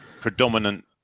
predominant